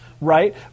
Right